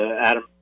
Adam